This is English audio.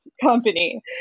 company